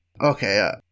Okay